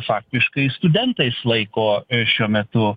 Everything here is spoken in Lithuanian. faktiškai studentai išlaiko šiuo metu